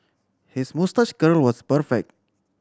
his moustache curl was perfect